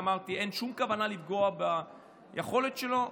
ואמרתי לו שאין שום כוונה לפגוע ביכולת שלו.